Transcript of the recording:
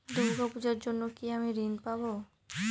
দূর্গা পূজার জন্য কি আমি ঋণ পাবো?